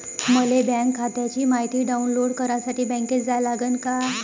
मले बँक खात्याची मायती डाऊनलोड करासाठी बँकेत जा लागन का?